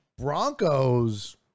Broncos